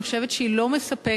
אני חושבת שהיא לא מספקת,